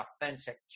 authentic